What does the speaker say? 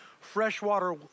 freshwater